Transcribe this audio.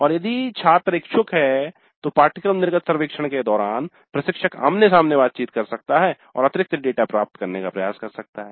और यदि छात्र इच्छुक हैं तो पाठ्यक्रम निर्गत सर्वेक्षण के दौरान प्रशिक्षक आमने सामने बातचीत कर सकता है और अतिरिक्त डेटा प्राप्त करने का प्रयास कर सकता है